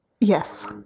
Yes